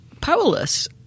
powerless